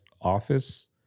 office